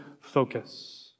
focus